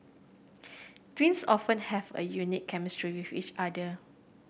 twins often have a unique chemistry with each other